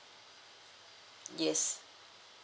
yes